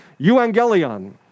evangelion